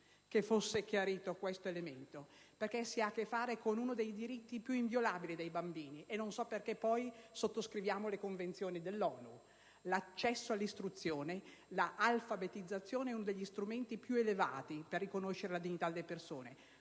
che fosse chiarito questo elemento, perché si ha a che fare con uno dei diritti più inviolabili dei bambini - non so perché poi sottoscriviamo le Convenzioni dell'ONU - cioè l'accesso all'istruzione. L'alfabetizzazione è uno degli strumenti più elevati per riconoscere la dignità delle persone,